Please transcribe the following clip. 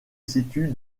situe